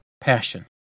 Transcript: passion